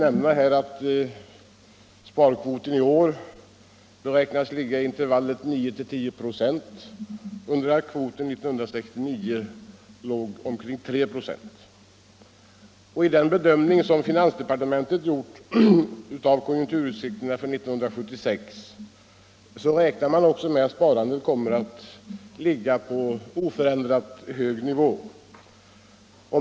Jag kan nämna att sparkvoten i år beräknas ligga i intervallet 9-10 926, under det att kvoten 1969 låg omkring 3 926. I den bedömning som finansdepartementet gjort av konjunkturutsikterna för 1976 räknar man med att sparandet skall ligga kvar på oförändrat hög nivå.